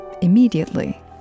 Immediately